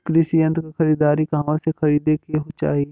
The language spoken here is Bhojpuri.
कृषि यंत्र क खरीदारी कहवा से खरीदे के चाही?